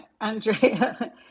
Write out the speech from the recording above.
Andrea